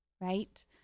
right